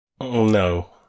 No